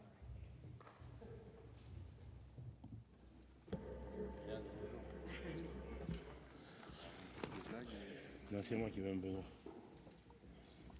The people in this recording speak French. merci à tous